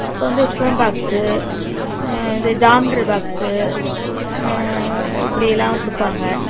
அப்போது வந்து tiffin box இது ஜாமெண்ட்ரி பாக்ஸு இப்படி எல்லாம் கொடுப்பாங்க